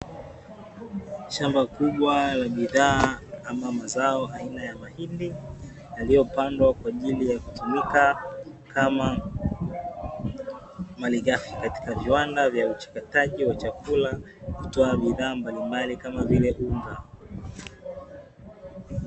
Shamba kubwa la bidhaa ama zao aina ya mahindi, iliyopandwa kwa ajili ya kutumika kama marighafi katika viwanda vya uchakataji wa chakula kutoa bidhaa mbalimbali kama vile unga.